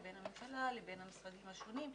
לבין הממשלה, לבין המשרדים השונים.